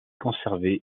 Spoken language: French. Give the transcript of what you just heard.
conservé